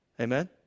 Amen